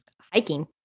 Hiking